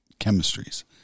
chemistries